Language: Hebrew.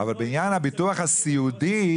אבל בעניין הביטוח הסיעודי,